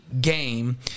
game